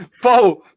Paul